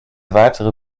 weitere